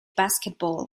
basketball